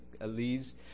leaves